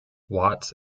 watts